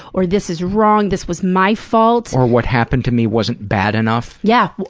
or, this is wrong. this was my fault. or, what happened to me wasn't bad enough. yeah.